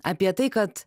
apie tai kad